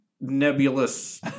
nebulous